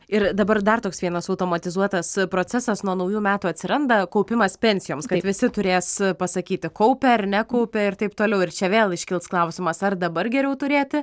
ir dabar dar toks vienas automatizuotas procesas nuo naujų metų atsiranda kaupimas pensijoms kad visi turės pasakyti kaupia ar nekaupia ir taip toliau ir čia vėl iškils klausimas ar dabar geriau turėti